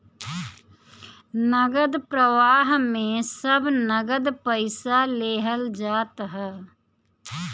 नगद प्रवाह में सब नगद पईसा लेहल जात हअ